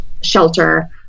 shelter